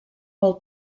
pel